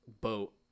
boat